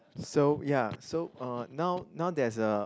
so ya so uh now now there's a